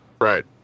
Right